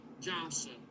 Johnson